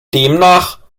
demnach